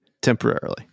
Temporarily